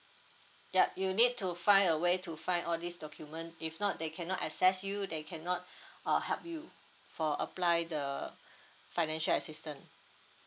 yup you need to find a way to find all these document if not they cannot assess you they cannot uh help you for apply the financial assistance